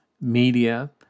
Media